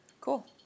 cool